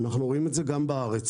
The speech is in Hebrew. אנחנו רואים את זה גם בארץ.